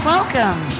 Welcome